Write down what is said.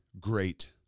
great